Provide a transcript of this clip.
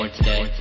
today